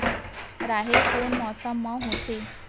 राहेर कोन मौसम मा होथे?